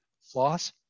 floss